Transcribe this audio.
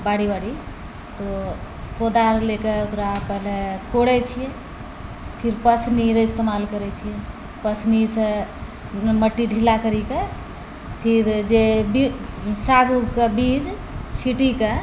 बारी वारी तऽ कोदारि लेके ओकरा पहले कोड़ै छिए फिर पसनीरऽ इस्तेमाल करै छिए पसनीसँ मट्टी ढीला करिके फिर जे साग उगके बीज छीटिके